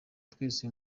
twese